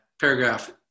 paragraph